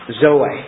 Zoe